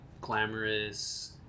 glamorous